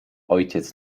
ojciec